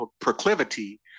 proclivity